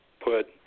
put